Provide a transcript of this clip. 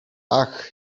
ach